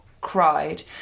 cried